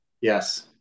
Yes